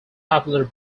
popular